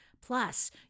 Plus